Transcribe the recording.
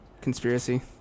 Conspiracy